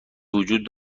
وجود